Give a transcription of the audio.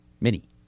Mini